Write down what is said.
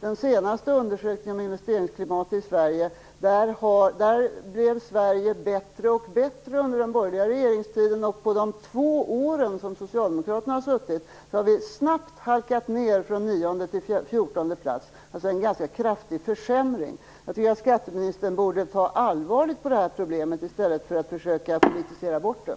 den senaste undersökningen om investeringsklimatet i Sverige visar att Sverige blev bättre och bättre under den borgerliga regeringstiden och att vi under de två år som Socialdemokraterna har suttit vid makten snabbt har halkat ned från nionde till fjortonde plats, dvs. det handlar om en ganska kraftig försämring. Jag tycker att skatteministern borde ta allvarligt på det här problemet i stället för att försöka politisera bort det.